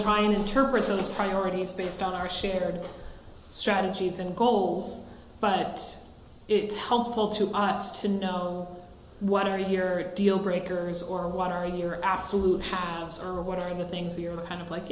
try and interpret those priorities based on our shared strategies and goals but it's helpful to us to know what are you here deal breakers or what are your absolute half what are the things we're kind of like